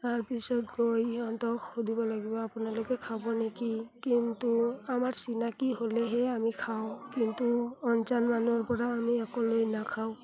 তাৰ পিছত গৈ সিহঁতক সুধিব লাগিব আপোনালোকে খাব নেকি কিন্তু আমাৰ চিনাকি হ'লেহে আমি খাওঁ কিন্তু অঞ্জান মানুহৰপৰা আমি একো লৈ নাখাওঁ